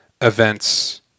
events